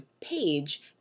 page